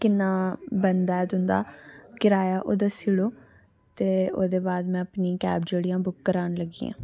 किन्ना बनदा तुं'दा किराया ओह् दस्सी ओड़ो ते ओह्दे बाद में अपनी कैब जेह्ड़ियां बुक करान लग्गी आं